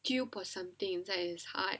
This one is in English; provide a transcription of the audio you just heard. tube or something inside his heart